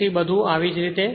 તેથી બધુ આવી જ રીતે